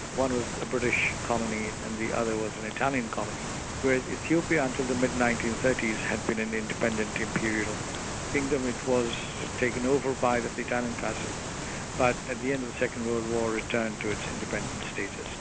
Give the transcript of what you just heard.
one a british colony and the other was an italian colony. whereas ethiopia, until the mid nineteen thirty s had been an independent imperial kingdom, it was taken over by the italian fascists but at the end of the second world war, returned to its independent status.